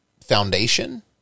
foundation